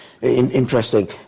Interesting